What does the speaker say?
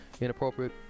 inappropriate